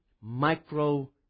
micro